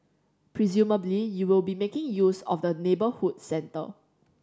presumably you will be making use of the neighbourhood centre